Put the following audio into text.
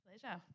pleasure